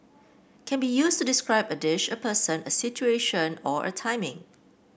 can be used to describe a dish a person a situation or a timing